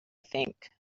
think